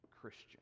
Christian